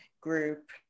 group